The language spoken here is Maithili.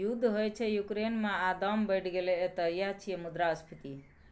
युद्ध होइ छै युक्रेन मे आ दाम बढ़ि गेलै एतय यैह छियै मुद्रास्फीति